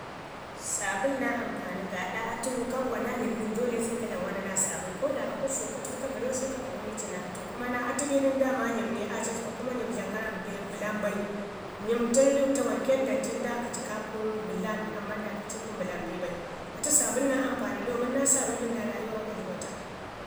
Saabul naa ampani gaaɗo atu ka ngwa naa nyim nən dolle se ka dlamu wana naa saabul. Ko da akuk sau ka təfu ka vəreu se ka vəyi ami ci naa atu, kuma naa atu bin daama nyim ne a cacpa, kuma nyim dlamən gara be bəlam bai. Nyim tən tawan ke ndancu ndai ki ci ka kunu bəlan amman ndai ka ci ii kunu bəlan bi bau. Atu saabul naa ampani domin naa saabul da rayuwa wa ga dləmatak.